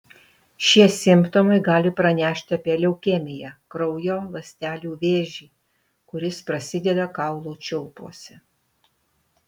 šie simptomai gali pranešti apie leukemiją kraujo ląstelių vėžį kuris prasideda kaulų čiulpuose